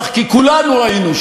דבר שהייתי מעדיף להימנע מלומר